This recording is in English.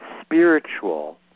spiritual